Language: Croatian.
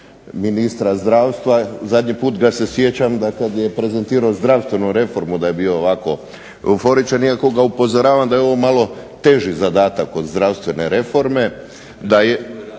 Zadnji put ga se sjećam da kad je prezentirao zdravstvenu reformu da je bio ovako euforičan, iako ga upozoravam da je ovo malo teži zadatak od zdravstvene reforme,